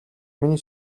миний